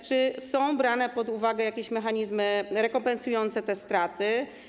Czy są brane pod uwagę jakieś mechanizmy rekompensujące te straty?